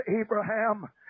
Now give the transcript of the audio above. Abraham